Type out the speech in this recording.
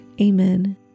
Amen